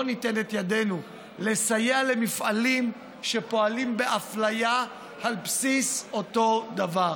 ניתן את ידנו לסייע למפעלים שפועלים באפליה על בסיס אותו דבר.